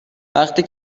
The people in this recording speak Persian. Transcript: وقتی